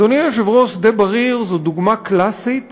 אדוני היושב-ראש, שדה-בריר הוא דוגמה קלאסית